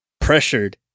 pressured